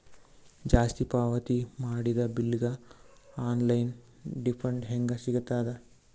ಜಾಸ್ತಿ ಪಾವತಿ ಮಾಡಿದ ಬಿಲ್ ಗ ಆನ್ ಲೈನ್ ರಿಫಂಡ ಹೇಂಗ ಸಿಗತದ?